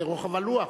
לרוחב הלוח.